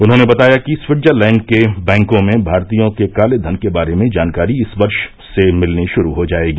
उन्होंने बताया कि रिवट्जरलैंड के बैंकों में भारतीयों के काले धन के बारे में जानकारी इस वर्ष से मिलनी शुरू हो जायेगी